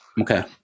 Okay